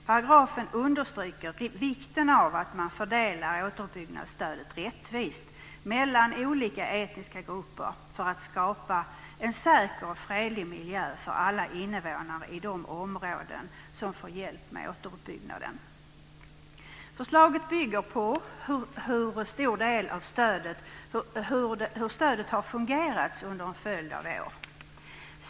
Paragrafen understryker vikten av att man fördelar återuppbyggnadsstödet rättvist mellan olika etniska grupper för att skapa en säker och fredlig miljö för alla invånare i de områden som får hjälp med återuppbyggnaden. Förslaget bygger på hur stödet har fungerat under en följd av år.